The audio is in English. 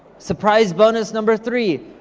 surprise bonus number three,